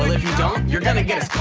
if you don't, you're gonnna get